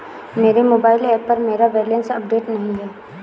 मेरे mobile app पर मेरा बैलेंस अपडेट नहीं है